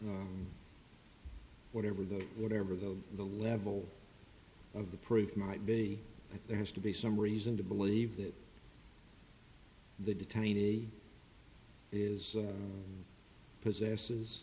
whatever the whatever the the level of the proof might be there has to be some reason to believe that the detaining a is possesses